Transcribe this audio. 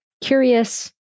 curious